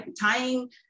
tying